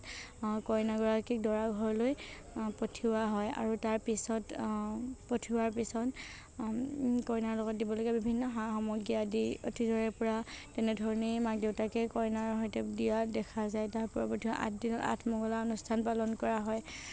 কইনাগৰাকীক দৰা ঘৰলৈ পঠিওৱা হয় আৰু তাৰপিছত পঠিওৱাৰ পিছত কইনাৰ লগত দিবলগীয়া বিভিন্ন সা সামগ্ৰী আদি অতীজৰে পৰা তেনেধৰণেই মাক দেউতাকে কইনাৰ সৈতে দিয়া দেখা যায় তাৰ পৰৱৰ্তী সম আঠদিনত আঠমঙলা অনুস্থান পালন কৰা হয়